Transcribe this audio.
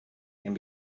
and